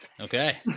Okay